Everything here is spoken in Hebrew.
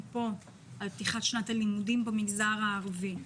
כאן על פתיחת שנת הלימודים במגזר הערבי.